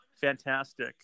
fantastic